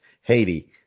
Haiti